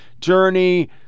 journey